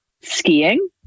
skiing